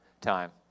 time